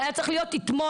זה היה צריך להיות אתמול,